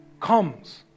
comes